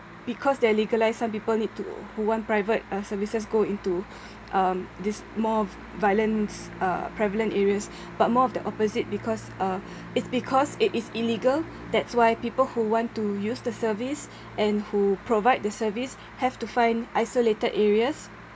because they are legalised some people need to who want private uh services go into um this more violence uh prevalent areas but more of the opposite because uh it's because it is illegal that's why people who want to use the service and who provide the service have to find isolated areas